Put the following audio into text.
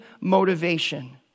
motivation